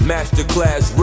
Masterclass